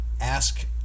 ask